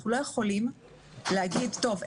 אנחנו לא יכולים להגיד: "טוב,